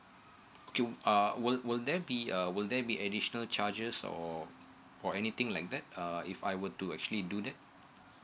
mm uh will there be a will there be additional charges or or anything like that uh if I were to actually do that